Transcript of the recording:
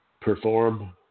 perform